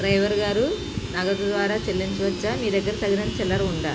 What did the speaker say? driver గారు నగదు ద్వారా చెల్లించవచ్చా మీ దగ్గర తగినంత చిల్లర ఉందా